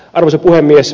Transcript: arvoisa puhemies